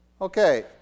Okay